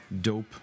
Dope